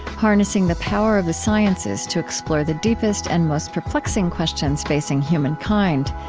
harnessing the power of the sciences to explore the deepest and most perplexing questions facing human kind.